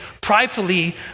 Pridefully